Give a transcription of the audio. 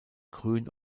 grün